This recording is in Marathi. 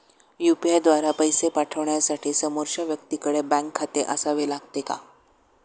यु.पी.आय द्वारा पैसे पाठवण्यासाठी समोरच्या व्यक्तीकडे बँक खाते असावे लागते का?